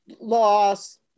loss